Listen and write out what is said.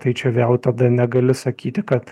tai čia vėl tada negali sakyti kad